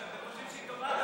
אתם חושבים שהיא טובה,